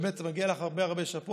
באמת מגיע לך הרבה הרבה שאפו.